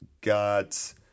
got